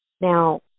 Now